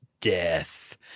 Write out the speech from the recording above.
death